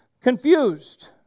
confused